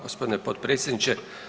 Gospodine potpredsjedniče.